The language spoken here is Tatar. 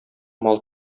мал